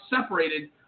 separated